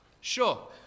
Sure